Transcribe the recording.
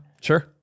Sure